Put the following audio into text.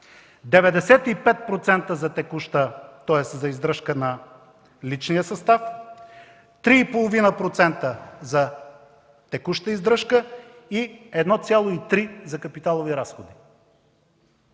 95% за издръжка на личния състав, 3,5% за текуща издръжка и 1,3% за капиталови разходи.